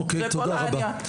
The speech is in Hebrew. זה כל העניין.